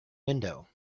window